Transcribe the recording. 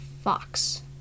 Fox